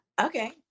Okay